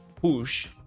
push